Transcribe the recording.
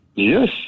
Yes